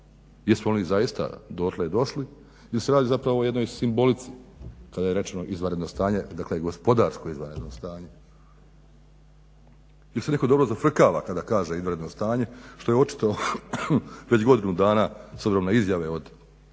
Jesmo li zaista dotle i došli? Ili se radi zapravo o jednoj simbolici kada je rečeno izvanredno stanje, dakle gospodarsko izvanredno stanje. Jel se netko dobro zafrkava kada kaže izvanredno stanje što je očito već godinu dana s obzirom na izjave o slučajnoj